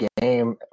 game